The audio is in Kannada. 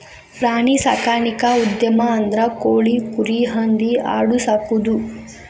ಪ್ರಾಣಿ ಸಾಕಾಣಿಕಾ ಉದ್ಯಮ ಅಂದ್ರ ಕೋಳಿ, ಕುರಿ, ಹಂದಿ ಆಡು ಸಾಕುದು